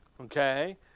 Okay